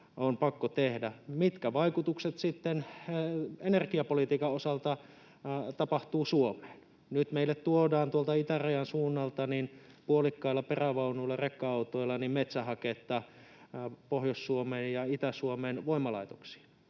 on pakko tehdä. Mitkä vaikutukset sitten energiapolitiikan osalta tapahtuvat Suomeen? Nyt meille tuodaan tuolta itärajan suunnalta puolikkailla perävaunuilla, rekka-autoilla metsähaketta Pohjois-Suomen ja Itä-Suomen voimalaitoksiin.